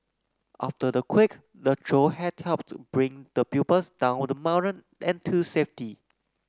after the quake the trio had helped bring the pupils down the mountain and to safety